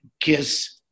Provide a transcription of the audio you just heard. KISS